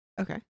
Okay